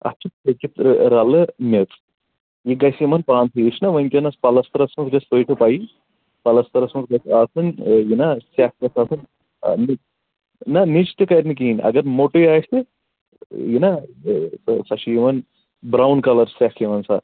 اَتھ چھِ ہیٚکِتھ رَلہٕ مٮ۪ژ یہِ گَژھِ یِمَن پانسٕے ہِش نا وٕنۍکٮ۪نَس پَلَسترَس منٛز گَژھِ سُہ ہَے چھو پَیی پَلَسترَس منٛز گَژھِ آسٕنۍ یہِ نا سٮ۪کھ گَژھِ آسٕنۍ نہ نِچ تہِ کَرِ نہٕ کِہیٖنۍ اگر موٹُے آسہِ تہٕ یہِ نا سۄ چھِ یِوان برٛاوُن کَلَر سٮ۪کھ یِوان سۄ